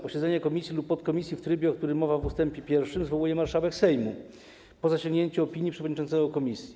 Posiedzenie komisji lub podkomisji w trybie, o którym mowa w ust. 1, zwołuje marszałek Sejmu po zasięgnięciu opinii przewodniczącego komisji.